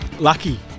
Lucky